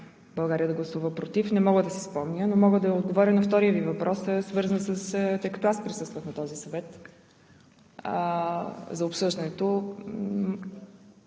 България да гласува „против“. Не мога да си спомня, но мога да отговоря на втория Ви въпрос, тъй като аз присъствах на обсъждането